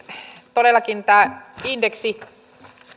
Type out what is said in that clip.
todellakin tämä indeksin